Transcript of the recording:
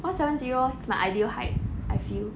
one seven zero is my ideal height I feel